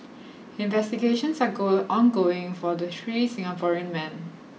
investigations are ongoing for the three Singaporean men